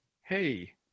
Hey